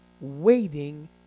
waiting